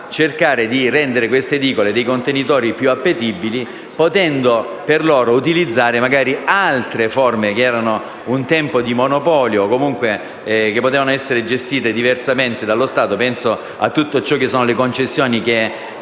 cercare di rendere queste edicole dei contenitori più appetibili, potendo utilizzare magari altre forme che erano un tempo di monopolio o, comunque, che potevano essere gestite diversamente dallo Stato. Penso alle concessioni che